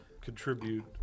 contribute